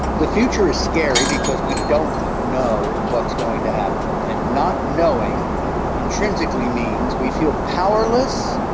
the future is scary because we don't know what's going to happen, and not knowing intrinsically means we feel powerless,